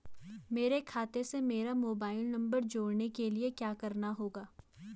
मेरे खाते से मेरा मोबाइल नम्बर जोड़ने के लिये क्या करना होगा?